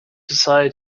decided